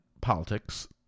politics